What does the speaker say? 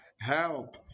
Help